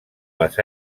les